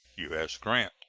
u s. grant.